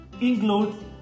include